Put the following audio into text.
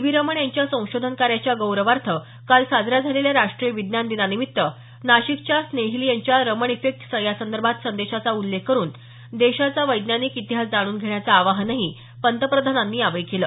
V Raman यांच्या संशोधन कार्याच्या गौरवार्थ काल साजऱ्या झालेल्या राष्टीय विज्ञान दिनानिमित्त नाशिकच्या स्नेहिल यांच्या रमण इफेक्ट संदर्भातील संदेशाचा उल्लेख करुन देशाचा वैज्ञानिक इतिहास जाणून घेण्याचं आवाहनही पंतप्रधानांनी यावेळी केलं